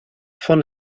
von